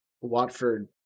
Watford